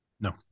No